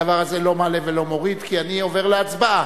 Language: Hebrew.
הדבר הזה לא מעלה ולא מוריד, כי אני עובר להצבעה.